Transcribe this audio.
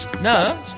No